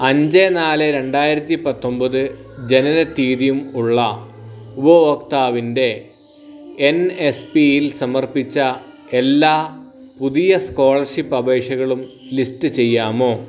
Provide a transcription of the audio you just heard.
അഞ്ച് നാല് രണ്ടായിരത്തി പത്തൊൻപത് ജനന തീയതിയും ഉള്ള ഉപഭോക്താവിൻ്റെ എൻ എസ് ബി യിൽ സമർപ്പിച്ച എല്ലാ പുതിയ സ്കോളർഷിപ്പ് അപേക്ഷകളും ലിസ്റ്റ് ചെയ്യാമോ